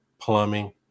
plumbing